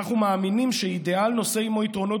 "אנחנו מאמינים שאידיאל נושא עימו יתרונות